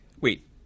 Wait